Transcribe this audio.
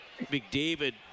McDavid